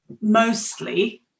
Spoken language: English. mostly